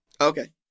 Okay